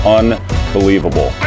unbelievable